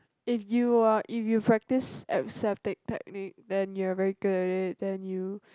if you are if you practice aseptic then you are very good at it then you